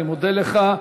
אני מודה לך.